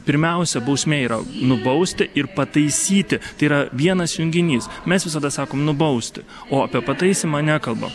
pirmiausia bausmė yra nubausti ir pataisyti tai yra vienas junginys mes visada sakom nubausti o apie pataisymą nekalbam